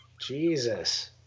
Jesus